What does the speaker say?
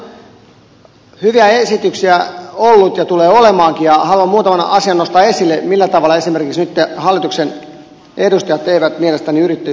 meillä on paljon hyviä esityksiä ollut ja tulee olemaankin ja haluan muutaman asian nostaa esille millä tavalla esimerkiksi nyt hallituksen edustajat eivät mielestäni yrittäjyyttä tue